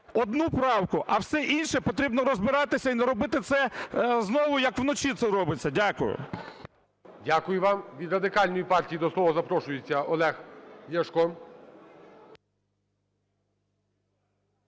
одну правку, а все інше потрібно розбиратися, і не робити це знову, як вночі це робиться. Дякую. ГОЛОВУЮЧИЙ. Дякую вам. Від Радикальної партії до слова запрошується Олег Ляшко.